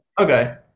Okay